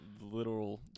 literal